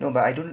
no but I don't